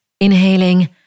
Inhaling